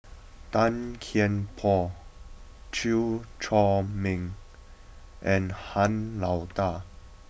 Tan Kian Por Chew Chor Meng and Han Lao Da